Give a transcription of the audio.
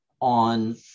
on